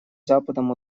западом